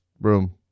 room